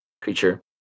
creature